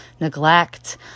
neglect